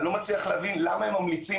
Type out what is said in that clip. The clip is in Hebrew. אני לא מצליח להבין למה הם ממליצים